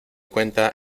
cuenta